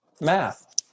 math